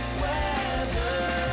weather